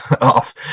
off